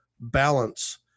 balance